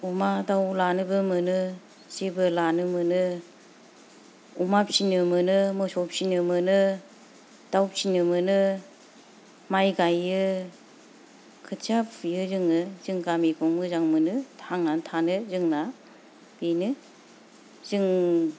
अमा दाउ लानोबो मोनो जेबो लानो मोनो अमा फिसिनो मोनो मोसौ फिसिनो मोनो दाउ फिसिनो मोनो माइ गायो खोथिया फुयो जोङो जों गामिखौ मोजां मोनो थांनानै थानो जोंना बेनो जों